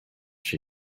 she